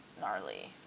gnarly